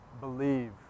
believe